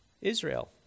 Israel